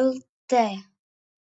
lt